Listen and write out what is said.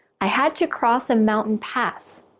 i had to cross a mountain pass,